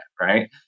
Right